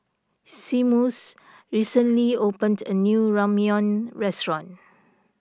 Seamus recently opened a new Ramyeon restaurant